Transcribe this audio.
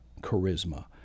charisma